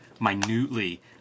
minutely